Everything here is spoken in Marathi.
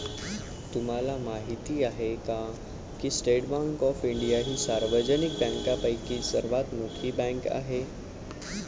तुम्हाला माहिती आहे का की स्टेट बँक ऑफ इंडिया ही सार्वजनिक बँकांपैकी सर्वात मोठी बँक आहे